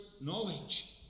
knowledge